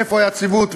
איפה היציבות?